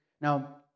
now